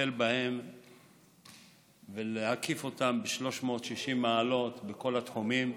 לטפל בהם ולהקיף אותם ב-360 מעלות, בכל התחומים,